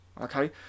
okay